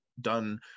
done